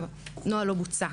הנוהל לא בוצע.